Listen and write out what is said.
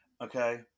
Okay